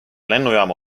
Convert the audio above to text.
lennujaama